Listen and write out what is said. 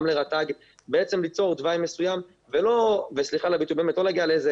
גם לרת"ג ליצור תוואי מסוים ולא סליחה על הביטוי לאיזה